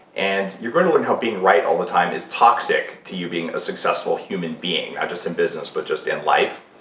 and you're going to learn how being right all the time is toxic to you being a successful human being, not ah just in business, but just in life.